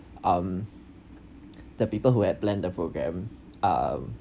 um the people who had planned the program um